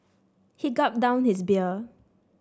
he gulped down his beer